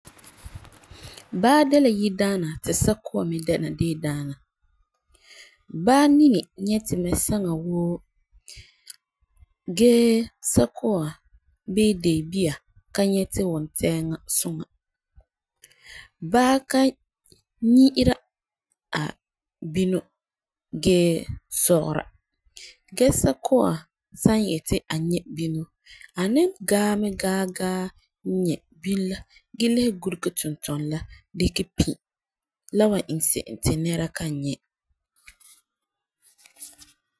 Baa de la yidaana ti sakua mɛ dɛna deedaana. Baa nini nyɛti mɛ aaŋa woo gee sakua nini nyɛti la wuntɛɛŋa suŋa. Baa ka nyɛ'ɛra a binɔ gee sɔgera gee sakua san yeti a nyɛ binɔ, a ni gaa me gaa nyɛ binɔ la gee le guregɛ tintunɔ la pi ti nɛra da nyɛ.